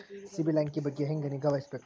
ಸಿಬಿಲ್ ಅಂಕಿ ಬಗ್ಗೆ ಹೆಂಗ್ ನಿಗಾವಹಿಸಬೇಕು?